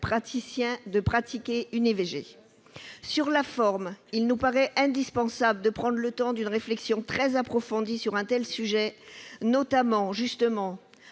praticiens de pratiquer une IVG. Sur la forme, il nous paraît indispensable de prendre le temps d'une réflexion très approfondie sur un tel sujet, notamment, mes